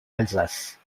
alsace